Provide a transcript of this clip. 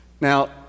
Now